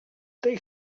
tej